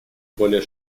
более